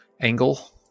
angle